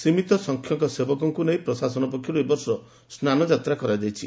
ସୀମିତ ସଂଖ୍ୟକ ସେବକଙ୍କୁ ନେଇ ପ୍ରଶାସନ ପକ୍ଷରୁ ଏବର୍ଷ ସ୍ନାନଯାତ୍ରା କରାଯାଇଛି